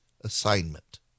assignment